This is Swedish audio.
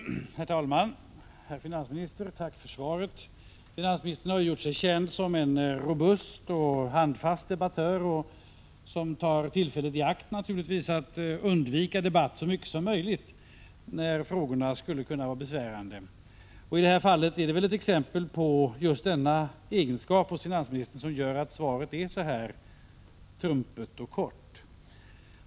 Herr talman! Herr finansminister, tack för svaret! Finansministern har gjort sig känd som en robust och handfast debattör, som naturligtvis tar tillfället i akt att undvika debatt så mycket som möjligt om frågorna skulle vara besvärande. Det här fallet är ett exempel på denna egenskap hos finansministern, vilket gör att svaret är så här trumpet och kort.